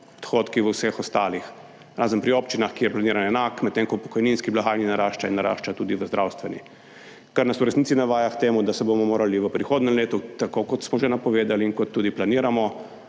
v vseh ostalih, razen pri občinah, ki je planiran enak, medtem ko v pokojninski blagajni narašča in narašča tudi v zdravstveni. Kar nas v resnici navaja k temu, da se bomo morali v prihodnjem letu, tako kot smo že napovedali in kot tudi planiramo,